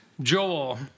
Joel